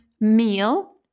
meal